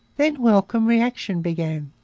then welcome reaction began.